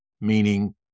meaning